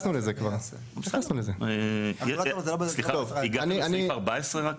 הגעתם לסעיף 14?